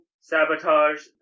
sabotage